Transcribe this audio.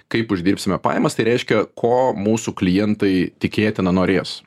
kaip uždirbsime pajamas tai reiškia ko mūsų klientai tikėtina norės